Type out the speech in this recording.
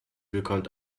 bekommt